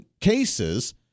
cases